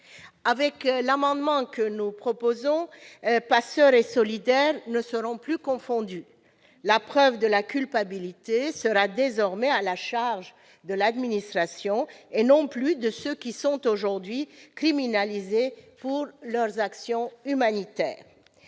Avec le dispositif que nous proposons, passeurs et solidaires ne seront plus confondus. La preuve de la culpabilité sera désormais à la charge de l'administration, et non plus de ceux qui sont aujourd'hui criminalisés pour leurs actions humanitaires.